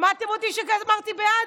שמעתם שאמרתי בעד?